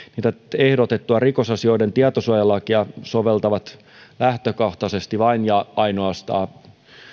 tätä ehdotettua rikosasioiden tietosuojalakia soveltavat lähtökohtaisesti vain ja ainoastaan